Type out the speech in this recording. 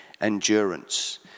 endurance